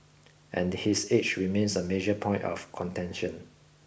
and his age remains a major point of contention